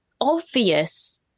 obvious